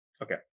Okay